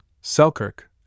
Selkirk